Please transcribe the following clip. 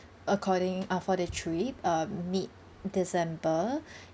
according ah for the trip um mid december